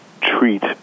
treat